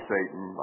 Satan